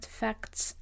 facts